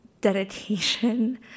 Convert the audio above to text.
dedication